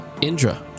indra